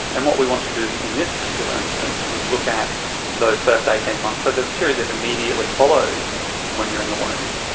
and what we wanted to do in this particular instance was look at those first eighteen months, so the period that immediately follows when you're in the womb,